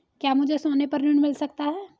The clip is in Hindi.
क्या मुझे सोने पर ऋण मिल सकता है?